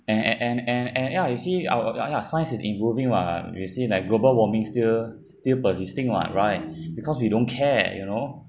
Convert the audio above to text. and and and and and ya you see ou~ ya ya science is improving lah you see like global warming still still persisting lah right because you don't care you know